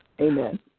Amen